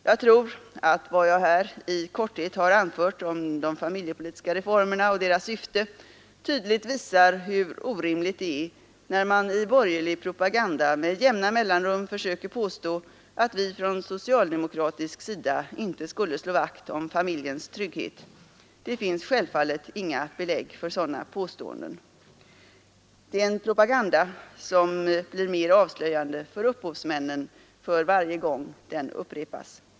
Jag tror att vad jag här i korthet har anfört om de familjepolitiska reformerna och deras syfte tydligt visar, hur orimligt det är när man i borgerlig propaganda med jämna mellanrum försöker påstå, att vi från socialdemokratisk sida inte skulle slå vakt om familjens trygghet. Det finns självfallet inget belägg för sådana påståenden. Det är en propaganda som blir mer avslöjande för upphovsmännen för varje gång den upprepas.